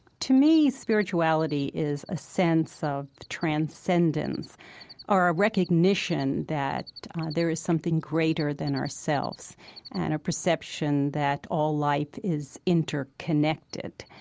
to me, spirituality is a sense of transcendence or a recognition that there is something greater than ourselves and a perception that all life is interconnected.